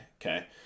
okay